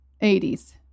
80s